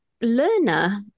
learner